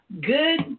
Good